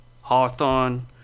Hawthorne